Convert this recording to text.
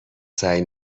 سعی